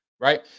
right